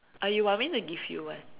or you want me to give you one